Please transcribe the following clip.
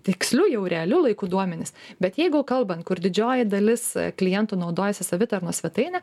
tiksliu jau realiu laiku duomenis bet jeigu kalbant kur didžioji dalis klientų naudojasi savitarnos svetaine